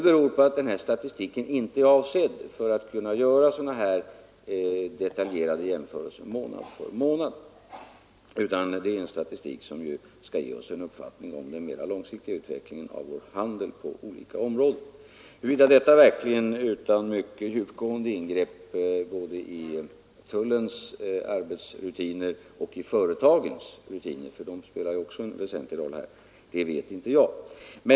Men den statistiken är inte heller avsedd för sådana här detaljerade jämförelser månad för månad, utan den skall ge oss en uppfattning om den mera långsiktiga utvecklingen av vår handel på olika områden. Huruvida en ändring på den punkten verkligen är möjlig utan mycket djupgående ingrepp både i tullens arbetsrutiner och i företagens rutiner — för de spelar också en väsentlig roll — vet inte jag.